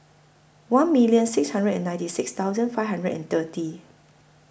one million six hundred and ninety six thousand five hundred and thirty